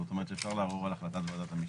זאת אומרת שאפשר לערור על החלטת ועדת המשנה,